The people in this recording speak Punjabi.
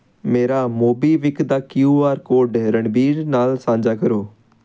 ਮੇਰਾ ਮੋਬੀਵਿਕ ਦਾ ਕਿਉ ਆਰ ਕੋਡ ਰਣਬੀਰ ਨਾਲ ਸਾਂਝਾ ਕਰੋ